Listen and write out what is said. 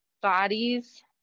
bodies